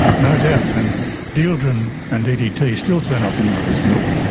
no doubt. and dieldrin and ddt still turn up in mother's milk.